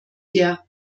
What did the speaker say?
der